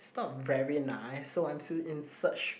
it's not very nice so I'm still in search